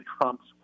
Trump's